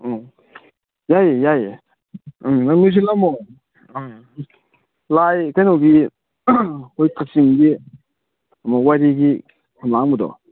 ꯎꯝ ꯌꯥꯏꯌꯦ ꯌꯥꯏꯌꯦ ꯎꯝ ꯑꯗꯨꯝ ꯂꯣꯏꯁꯤꯜꯂꯝꯃꯣ ꯎꯝ ꯂꯥꯏ ꯀꯩꯅꯣꯒꯤ ꯑꯩꯈꯣꯏ ꯀꯛꯆꯤꯡꯒꯤ ꯑꯃ ꯋꯥꯏꯔꯤꯒꯤ ꯈꯝꯂꯥꯡꯕꯗꯣ